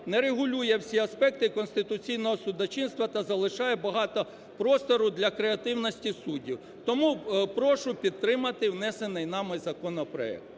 не регулює всі аспекти конституційного судочинства та залишає багато простору для креативності суддів. Тому прошу підтримати внесений нами законопроект.